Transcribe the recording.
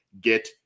get